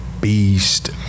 beast